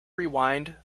rewind